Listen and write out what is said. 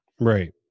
right